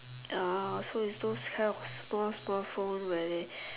ah so is those kind of small small phone where they